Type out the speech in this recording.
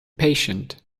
patient